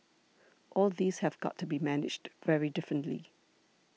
all these have got to be managed very differently